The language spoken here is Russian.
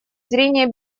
зрения